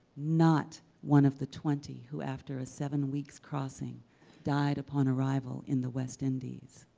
not one of the twenty who after a seven weeks crossing died upon arrival in the west indies,